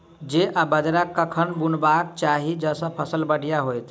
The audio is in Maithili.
जौ आ बाजरा कखन बुनबाक चाहि जँ फसल बढ़िया होइत?